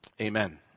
Amen